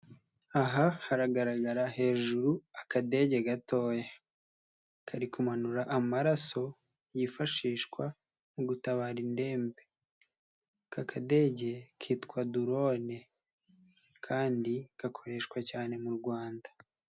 Aha haragaragara hejuru akadege gatoya, kari kumanura amaraso, yifashishwa mu gutabara indembe, aka kadege kitwa dorone kandi gakoreshwa cyane mu Rwanda.